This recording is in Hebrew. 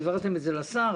העברתם את זה לשר,